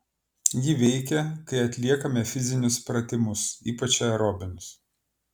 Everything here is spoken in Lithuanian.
ji veikia kai atliekame fizinius pratimus ypač aerobinius